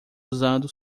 usando